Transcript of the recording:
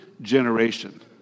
generation